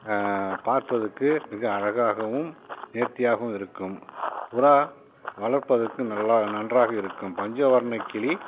பார்ப்பதற்கு மிக அழகாகவும் நேர்த்தியாகவும் இருக்கும் புறா வளர்ப்பதற்கு நல்லா நன்றாக இருக்கும் பஞ்சவர்ண கிளி